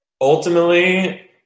ultimately